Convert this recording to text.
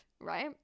Right